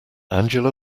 angela